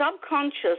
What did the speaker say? subconscious